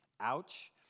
Ouch